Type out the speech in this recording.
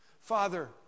Father